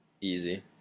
easy